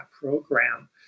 program